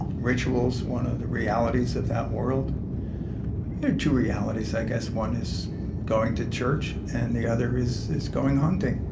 rituals, one of the realities of that world there are two realities, i guess. one is going to church, and the other is is going hunting.